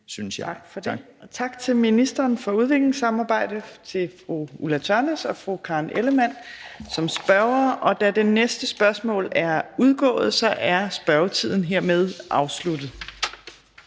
Torp): Tak til ministeren for udviklingssamarbejde, og tak til fru Ulla Tørnæs og fru Karen Ellemann som spørgere. Og da det næste spørgsmål er udgået, er spørgetiden hermed afsluttet.